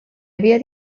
havia